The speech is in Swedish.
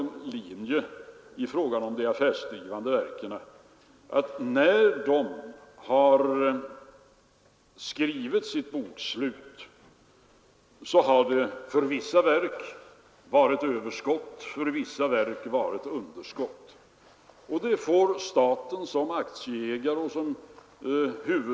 När de affärsdrivande verken har skrivit sina bokslut så har det för vissa verk varit överskott och för vissa verk varit underskott, och det har staten som huvudman för verken fått finna sig i.